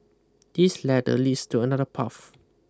this ladder leads to another path